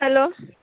hello